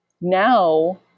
now